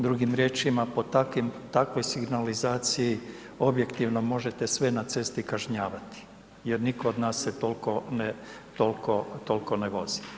Drugim riječima, pod takvog signalizaciji objektivno možete sve na cesti kažnjavati jer nitko od nas se toliko ne vozi.